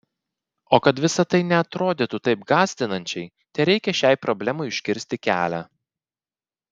o kad visa tai neatrodytų taip gąsdinančiai tereikia šiai problemai užkirsti kelią